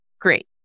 great